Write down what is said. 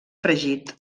fregit